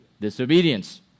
Disobedience